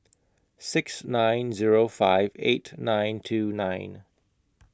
six nine Zero five eight nine two nine